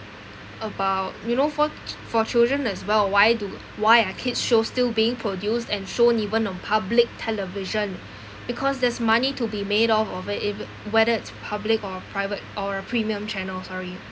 about you know for for children as well why do why are kids' shows still being produced and shown even on public television because there's money to be made of it if whether it's public or private or a premium channels sorry